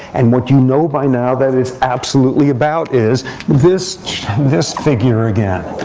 and what you know by now that is absolutely about is this this figure again.